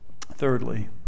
Thirdly